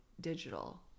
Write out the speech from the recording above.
digital